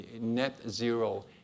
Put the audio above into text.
net-zero